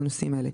לנושאים אלה: